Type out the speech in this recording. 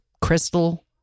crystal